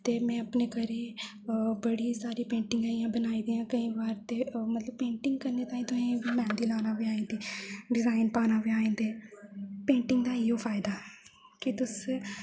ते अपने घरै बड़ी सारी पेंटिंगां इ'यां बनाई दियां केईं बार ते मतलब पेंटिंग करने ताहीं तुसें ई मेहंदी लाना बी आई जंदी डिज़ाइन पाना बी आई जंदे पेंटिंग दा इ'यो फायदा ऐ कि तुस